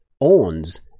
owns